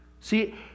See